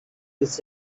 his